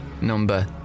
number